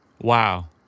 Wow